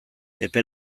epe